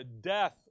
death